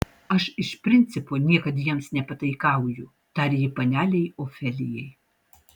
aš iš principo niekad jiems nepataikauju tarė ji panelei ofelijai